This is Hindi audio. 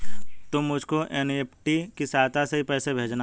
तुम मुझको एन.ई.एफ.टी की सहायता से ही पैसे भेजना